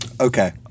okay